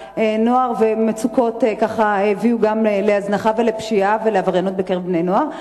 ומצוקות הביאו גם להזנחה ולפשיעה ולעבריינות בקרב בני-נוער,